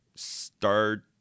Start